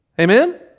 Amen